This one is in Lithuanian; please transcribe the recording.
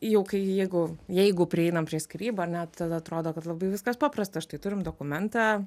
jau kai jeigu jeigu prieinam prie skyrybų ar ne tada atrodo kad labai viskas paprasta štai turim dokumentą